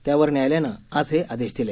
त्यावर न्यायालयानं आज हे आदेश दिले